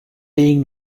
being